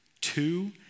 Two